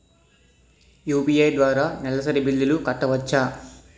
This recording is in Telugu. యు.పి.ఐ ద్వారా నెలసరి బిల్లులు కట్టవచ్చా?